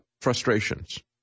frustrations